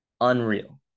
unreal